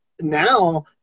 now